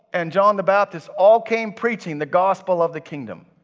and john the baptist, all came preaching the gospel of the kingdom.